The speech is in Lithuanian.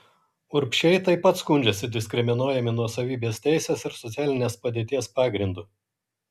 urbšiai taip pat skundžiasi diskriminuojami nuosavybės teisės ir socialinės padėties pagrindu